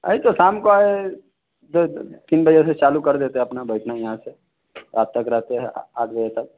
ये तो शाम को आए तीन बजे से चालू कर देते हैं अपना बैठना यहाँ से अब तक रहते हैं आठ बजे तक